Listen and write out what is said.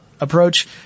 approach